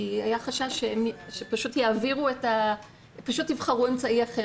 כי היה חשש שפשוט יבחרו אמצעי אחר.